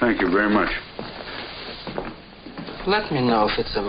thank you very much let me know if it's a